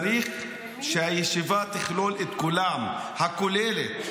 צריך שהישיבה תכלול את כולם, כוללת,